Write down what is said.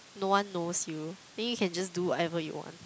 no one knows you then you can just do whatever you want